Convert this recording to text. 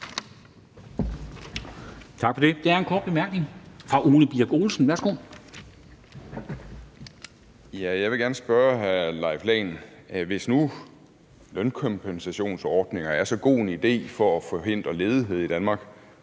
et spørgsmål til hr. Leif Lahn Jensen: Hvis nu lønkompensationsordningen er så god en idé for at forhindre ledighed i Danmark,